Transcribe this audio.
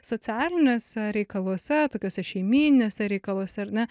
socialiniuose reikaluose tokiuose šeimyniniuose reikaluose ar ne